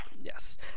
Yes